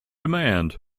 demand